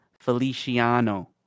Feliciano